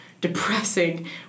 depressing